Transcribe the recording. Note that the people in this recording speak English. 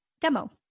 demo